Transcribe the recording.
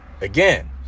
again